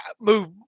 move